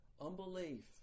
unbelief